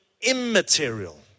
immaterial